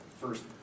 first